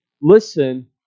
listen